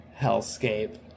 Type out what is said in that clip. hellscape